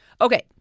Okay